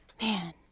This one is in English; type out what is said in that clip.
Man